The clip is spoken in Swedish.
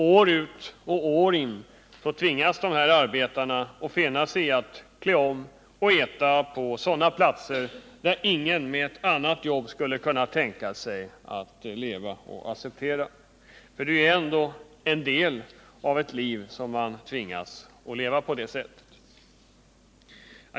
År ut och år in tvingas dessa arbetare att finna sig i att klä om sig och äta på platser där ingen med ett annat jobb skulle kunna tänka sig att acceptera att leva — för det är ju ändå en del av ett liv som man tvingas leva på det sättet.